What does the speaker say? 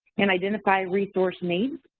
and identify resource needs.